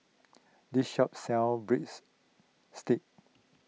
this shop sell Breadsticks